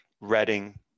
Reading